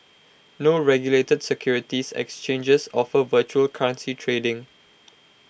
no regulated securities exchanges offer virtual currency trading